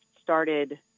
started